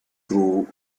through